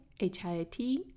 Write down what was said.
HIIT